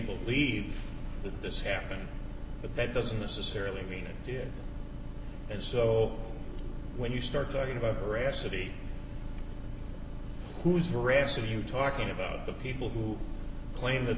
believe that this happened but that doesn't necessarily mean it did and so when you start talking about veracity who is arrested you talking about the people who claim that